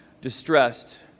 distressed